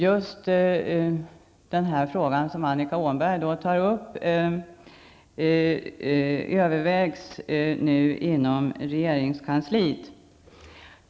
Just den fråga som Annika Åhnberg tar upp övervägs nu inom regeringskansliet.